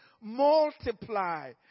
multiply